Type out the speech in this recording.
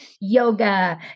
yoga